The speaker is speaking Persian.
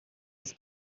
است